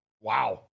Wow